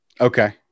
Okay